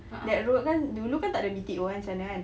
that road kan dulu kan tak ada B_T_O kan sana kan